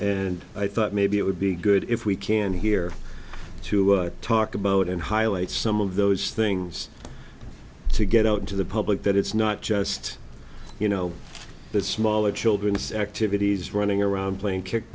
and i thought maybe it would be good if we can here to talk about and highlight some of those things to get out to the public that it's not just you know the smaller children's activities running around playing